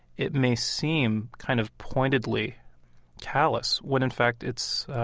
it may seem kind of pointedly callous, when in fact it's,